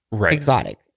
exotic